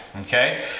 Okay